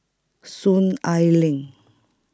Soon Ai Ling